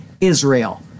Israel